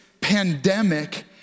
pandemic